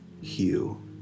Hugh